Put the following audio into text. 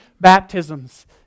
baptisms